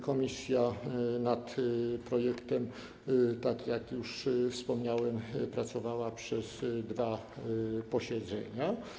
Komisja nad projektem, tak jak już wspomniałem, pracowała na dwóch posiedzeniach.